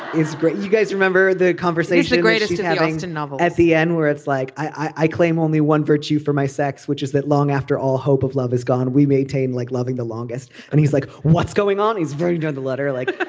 is great you guys remember the conversation the greatest having the like novel at the end where it's like i claim only one virtue for my sex which is that long after all hope of love is gone. we maintain like loving the longest and he's like what's going on. he's very near the letter. like